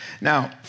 Now